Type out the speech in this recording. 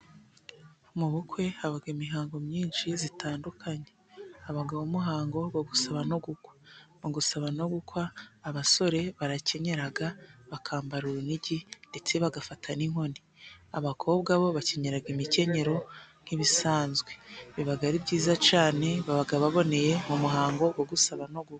Mu bukwe haba imihango myinshi itandukanye: Habaho umuhango wo gusaba no gukwa. Mu gusaba no gukwa abasore barakenyera, bakambara urunigi ndetse bagafata n'inkoni. Abakobwa bo bakenyera imikenyero nk'ibisanzwe. Biba ari byiza cyane, baba baboneye mu muhango wo gusaba no gukwa.